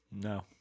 No